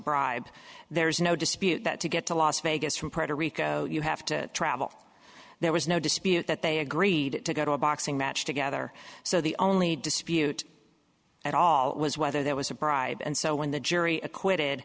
bribe there's no dispute that to get to las vegas from predator rico you have to travel there was no dispute that they agreed to go to a boxing match together so the only dispute at all was whether there was a bribe and so when the jury acquitted